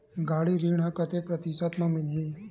गाड़ी ऋण ह कतेक प्रतिशत म मिलही?